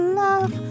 love